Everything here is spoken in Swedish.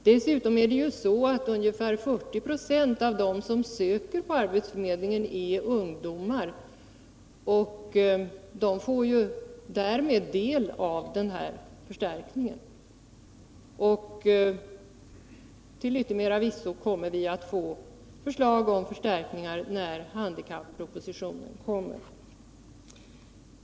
Dessutom är ungefär 40 26 av dem som söker vid arbetsförmedlingarna ungdomar, och de får därmed del av den här förstärkningen. Till yttermera visso kommer vi att få förslag om förstärkningar när handikappropositionen kommer.